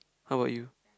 how about you